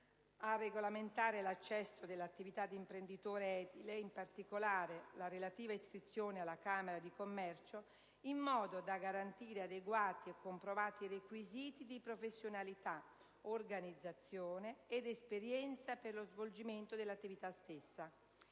a regolamentare l'accesso all'attività di imprenditore edile (e, in particolare, la relativa iscrizione alla Camera di commercio) in modo da garantire adeguati e comprovati requisiti di professionalità, organizzazione ed esperienza per lo svolgimento dell'attività stessa;